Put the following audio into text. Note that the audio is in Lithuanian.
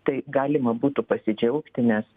tai galima būtų pasidžiaugti nes